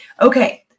Okay